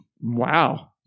Wow